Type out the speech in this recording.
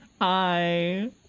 Hi